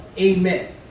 Amen